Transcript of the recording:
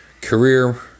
career